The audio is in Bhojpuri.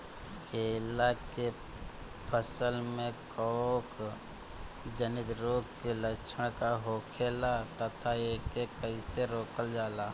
केला के फसल में कवक जनित रोग के लक्षण का होखेला तथा एके कइसे रोकल जाला?